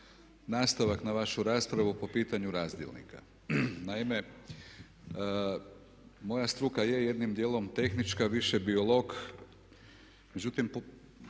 nastavak na vašu raspravu po pitanju razdjelnika. Naime, moja struka je jednim dijelom tehnička više biolog,